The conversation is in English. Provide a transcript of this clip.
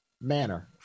manner